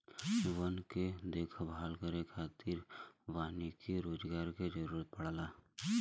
वन के देखभाल करे खातिर वानिकी रोजगार के जरुरत पड़ला